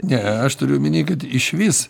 ne aš turiu omeny kad išvis